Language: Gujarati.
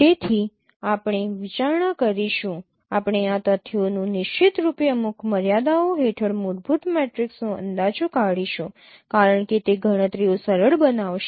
તેથી આપણે વિચારણા કરીશું આપણે આ તથ્યોનું નિશ્ચિતરૂપે અમુક મર્યાદાઓ હેઠળ મૂળભૂત મેટ્રિક્સનો અંદાજો કાઢીશું કારણ કે તે ગણતરીઓને સરળ બનાવશે